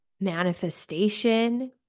manifestation